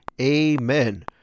Amen